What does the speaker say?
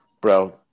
bro